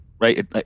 right